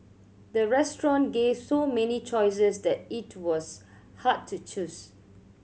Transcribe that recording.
the restaurant gave so many choices that it was hard to choose